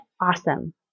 awesome